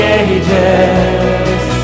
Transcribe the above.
ages